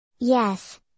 Yes